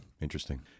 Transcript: Interesting